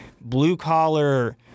blue-collar